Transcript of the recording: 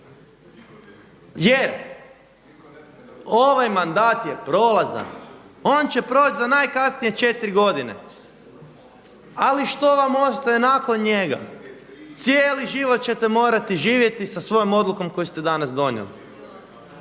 Jer ovaj mandat je prolazan. On će proći za najkasnije četiri godine, ali što vam ostaje nakon njega? Cijeli život ćete morati živjeti sa svojom odlukom koju ste danas donijeli.